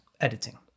editing